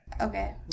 Okay